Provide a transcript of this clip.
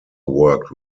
worked